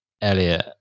elliot